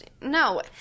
No